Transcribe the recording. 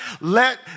let